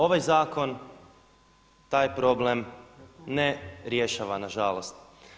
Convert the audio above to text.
Ovaj zakon taj problem ne rješava na žalost.